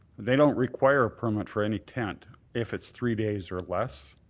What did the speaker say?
they don't require a permit for any tent if it's three days or less.